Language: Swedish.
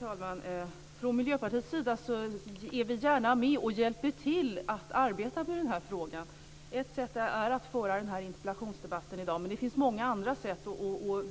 Herr talman! Vi i Miljöpartiet är gärna med och hjälper till att arbeta med den här frågan. Ett sätt är att föra den här interpellationsdebatten i dag, men det finns många andra sätt.